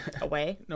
Away